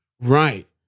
Right